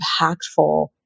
impactful